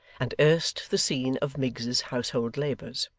and erst the scene of miggs's household labours.